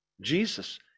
Jesus